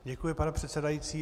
Děkuji, pane předsedající.